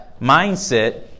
mindset